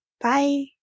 bye